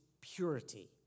purity